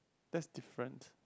that's different